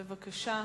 בבקשה.